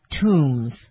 tombs